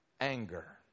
anger